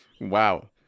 Wow